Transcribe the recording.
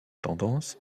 tendance